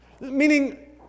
Meaning